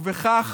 וכך